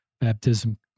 baptism